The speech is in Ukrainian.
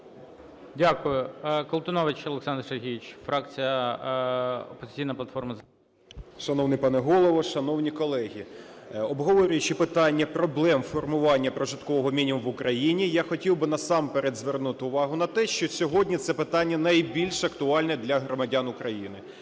- За життя". 10:22:30 КОЛТУНОВИЧ О.С. Шановний пане Голово, шановні колеги! Обговорюючи питання проблем формування прожиткового мінімуму в Україні, я хотів би насамперед звернути увагу на те, що сьогодні це питання найбільш актуальне для громадян України.